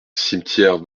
cimetière